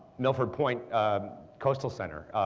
milford point coastal center,